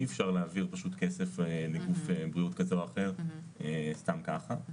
אי אפשר להעביר כסף לגוף בריאות כזה או אחר סתם ככה.